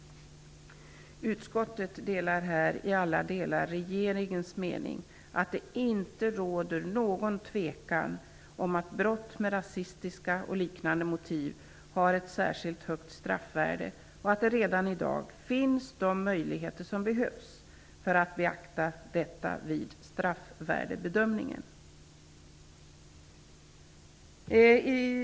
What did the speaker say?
Utskottet delar här i alla delar regeringens mening, dvs. att det inte råder någon tvekan om att brott med rasistiska och liknande motiv har ett särskilt högt straffvärde och att de möjligheter som behövs för att beakta detta vid straffvärdebedömningen redan finns.